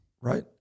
Right